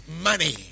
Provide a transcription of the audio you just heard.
money